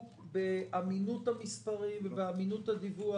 באמינות המספרים ובאמינות הדיווח.